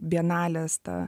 bienalės ta